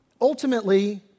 ultimately